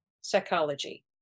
psychology